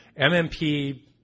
MMP